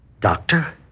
Doctor